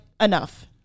enough